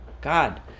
God